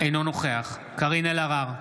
אינו נוכח קארין אלהרר,